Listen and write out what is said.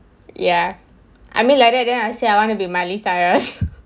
ya I mean like that then I say I wanna be miley cyrus